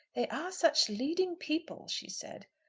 they are such leading people, she said.